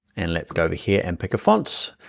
and let's go over here and pick a font.